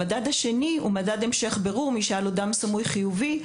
המדד השני הוא מדד המשך בירור למי שהיה לו דם סמוי חיובי,